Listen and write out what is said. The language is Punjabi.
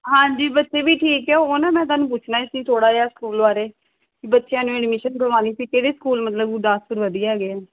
ਹਾਂਜੀ ਬੱਚੇ ਵੀ ਠੀਕ ਹੈ ਉਹ ਨਾ ਮੈਂ ਤੁਹਾਨੂੰ ਪੁੱਛਣਾ ਸੀ ਥੋੜ੍ਹਾ ਜਿਹਾ ਸਕੂਲ ਬਾਰੇ ਬੱਚਿਆਂ ਨੂੰ ਐਡਮਿਸ਼ਨ ਕਰਵਾਉਣੀ ਸੀ ਕਿਹੜੇ ਸਕੂਲ ਮਤਲਬ ਗੁਰਦਾਸਪੁਰ ਵਧੀਆ ਹੈਗੇ ਹੈ